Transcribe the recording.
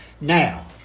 Now